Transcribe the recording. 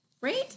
Great